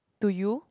do you